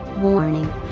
Warning